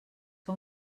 que